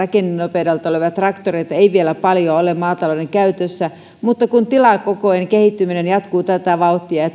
olevia traktoreita ei vielä paljon ole maatalouden käytössä mutta kun tilakokojen kehittyminen jatkuu tätä vauhtia ja